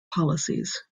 policies